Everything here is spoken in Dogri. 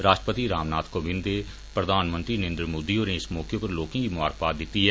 राष्ट्रपति रामनाथ कोविन्द ते प्रधानमंत्री नरेन्द्र मोदी होरें इस मौके पर लोकें गी मुबारखबाद दिती ऐ